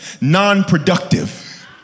Non-productive